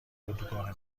اردوگاه